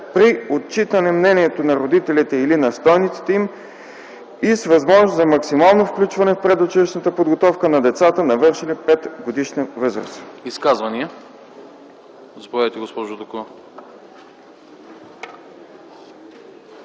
при отчитане мнението на родителите или настойниците им и с възможност за максимално включване в предучилищната подготовка на децата, навършили 5-годишна възраст.”